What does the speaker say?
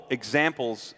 examples